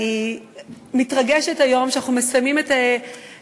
אני מתרגשת היום שאנחנו מסיימים את הכנסת